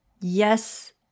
Yes